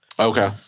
Okay